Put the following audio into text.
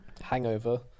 hangover